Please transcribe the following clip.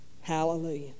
Hallelujah